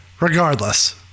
regardless